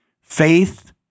Faith